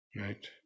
Right